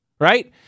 right